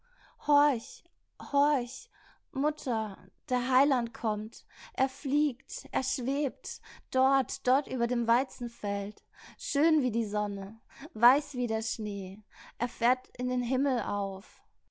mutter der heiland kommt er fliegt er schwebt dort dort über dem weizenfeld schön wie die sonne weiß wie der schnee er fährt in den himmel auf